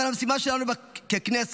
אבל המשימה שלנו ככנסת,